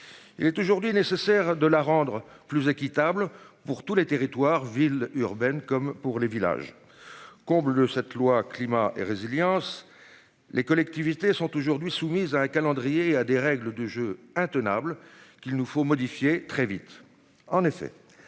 Il est aujourd'hui nécessaire de la rendre plus équitable pour tous les territoires villes urbaines comme pour les villages. Comble cette loi climat et résilience. Les collectivités sont aujourd'hui soumises à un calendrier à des règles du jeu intenable qu'il nous faut modifier très vite